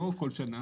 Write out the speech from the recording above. לא כל שנה.